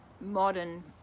modern